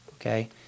okay